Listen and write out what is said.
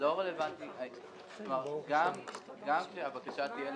גם כאשר הבקשה תהיה